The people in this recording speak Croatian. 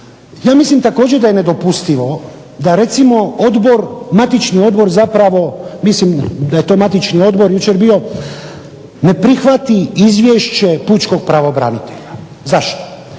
Ja mislim također da je nedopustivo da recimo odbor, matični odbor zapravo mislim da je to matični odbor jučer bio, ne prihvati Izvješće pučkog pravobranitelja. Zašto?